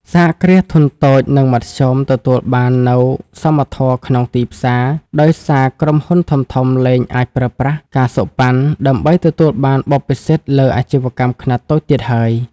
សហគ្រាសធុនតូច និងមធ្យម ទទួលបាននូវ "សមធម៌ក្នុងទីផ្សារ" ដោយសារក្រុមហ៊ុនធំៗលែងអាចប្រើប្រាស់ ការសូកប៉ាន់ ដើម្បីទទួលបានបុព្វសិទ្ធិលើសអាជីវកម្មខ្នាតតូចទៀតហើយ។